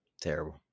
terrible